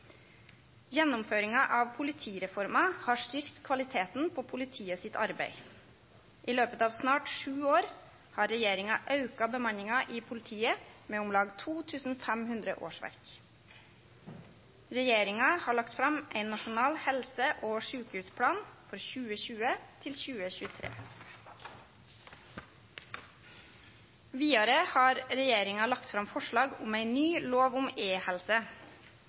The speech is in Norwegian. Gjennomføringa av politireforma har styrkt kvaliteten på politiet sitt arbeid. I løpet av snart sju år har regjeringa auka bemanninga i politiet med om lag 2 500 årsverk. Regjeringa har lagt fram ein nasjonal helse- og sjukehusplan for 2020–2023. Vidare har regjeringa lagt fram forslag om ei ny lov om